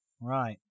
Right